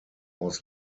was